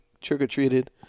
trick-or-treated